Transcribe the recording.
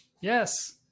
yes